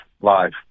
live